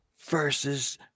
versus